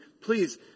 please